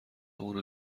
اونو